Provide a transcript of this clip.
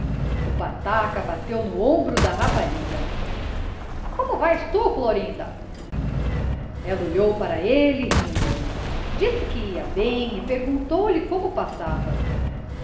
o pataca bateu no ombro da rapariga como vais tu florinda ela olhou para ele rindo disse que ia bem e perguntou-lhe como passava